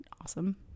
awesome